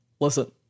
listen